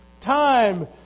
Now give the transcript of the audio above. Time